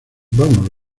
vamos